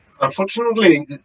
Unfortunately